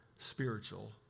spiritual